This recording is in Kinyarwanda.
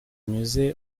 anyuze